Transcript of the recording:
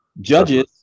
judges